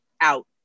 out